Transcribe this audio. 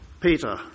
Peter